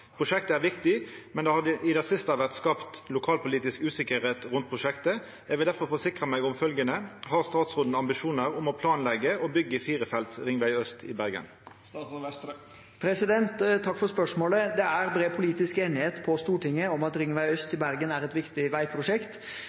Prosjektet er viktig, men det har i det siste vært skapt lokalpolitisk usikkerhet. Jeg vil derfor forsikre meg om følgende: Har statsråden ambisjoner om å planlegge og bygge firefelts Ringvei Øst i Bergen?» Takk for spørsmålet. Det er bred politisk enighet på Stortinget om at Ringvei øst i Bergen er et viktig veiprosjekt.